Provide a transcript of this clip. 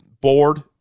board